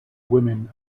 women